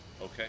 Okay